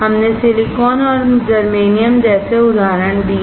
हमने सिलिकॉन और जर्मेनियम जैसे उदाहरण दिए